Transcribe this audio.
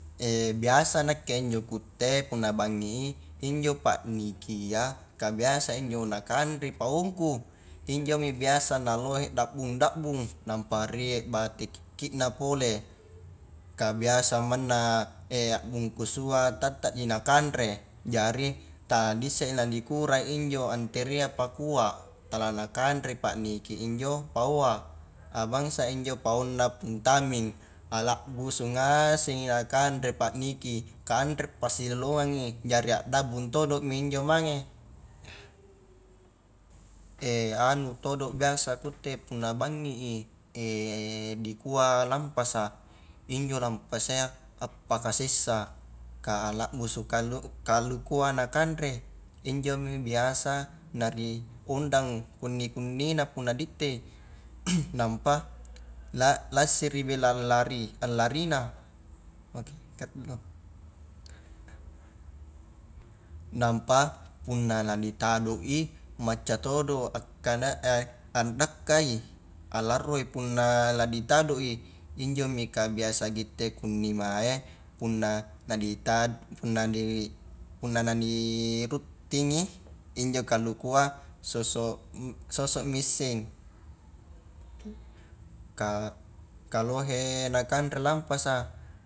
biasa nakke injo kutte punna bangi i, injo pa'nikia ka biasa injo nakanre paongku, injomi biasa nah lohe dabbung-dabbung, nampa rie bate kikki na pole, ka biasa manna a bungkusua tatta ji nakanre, jari tala ni issei la nikurai injo anterea pakua tala nakanre paniki injo paoa, abangsai injo paongna pung taming alabbusu ngasengmi nakanre pa'niki kanre pasilalongangi, jari a'dabbung todomi injo mange, anu todo biaskutte punna bangi i dikua lampasa, injo lampasa iya appaka sessa ka labbusu kalu-kalukua na kanre, injomi biasa na ri ondang kunni-kunnina punna dittei, nampa la-lassiri bela allari allarina, nampa punna la ditado i macca todo akkada addakkai, a larroi punna la ditado i injomi kabiasa kitte kunni mae punna na di punna la di ruttingi injo kalua, soso'- soso'mi isseng ka-ka lohe nakanre lampasa.